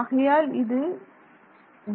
ஆகையால் இது Δβm